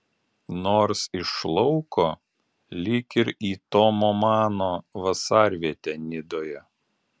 nors iš lauko lyg ir į tomo mano vasarvietę nidoje